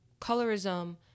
colorism